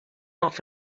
off